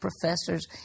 professors